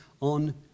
on